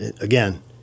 again